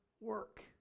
work